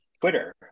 Twitter